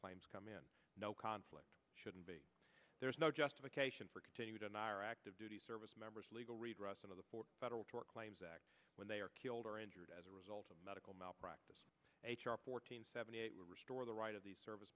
claims come in no conflict shouldn't be there is no justification for continued on our active duty service members legal redress of the federal tort claims act when they are killed or injured as a result of medical malpractise h r four hundred seventy eight restore the right of the service